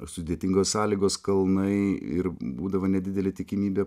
sudėtingos sąlygos kalnai ir būdavo nedidelė tikimybė